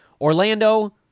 Orlando